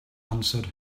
answered